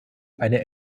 eine